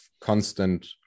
constant